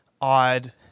odd